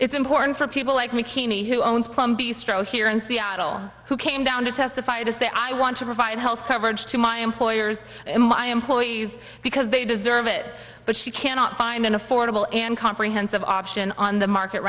it's important for people like me keeney who owns plumpy stroke here in seattle who came down to testify to say i want to provide health coverage to my employers in my employees because they deserve it but she cannot find an affordable and comprehensive option on the market